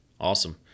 awesome